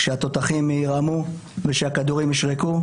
כשהתותחים ירעמו וכשהכדורים ישרקו,